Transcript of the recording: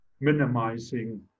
minimizing